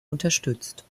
unterstützt